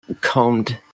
combed